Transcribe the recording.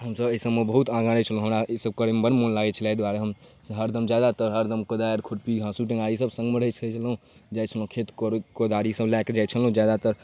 हमसभ एहिसबमे बहुत आगाँ रहै छलहुँ हमरा ईसब करैमे बड़ मोन लागै छलै एहि दुआरे हम हरदम जादातर हरदम कोदारि खुरपी हाँसू टेङ्गारीसब सङ्गमे रखै छलहुँ जाइ छलहुँ खेतमे कोदारिसब लऽ कऽ जाइ छलहुँ जादातर